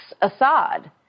Assad